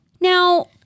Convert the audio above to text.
Now